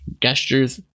gestures